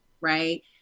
right